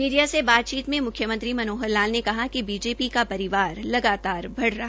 media से बातचीत में मुख्यमंत्री मनोहर लाल ने कहा बीजेपी का परिवार लगातार बढ़ रहा है